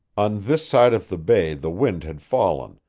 on this side of the bay the wind had fallen,